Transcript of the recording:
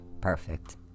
Perfect